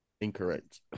Incorrect